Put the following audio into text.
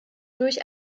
durch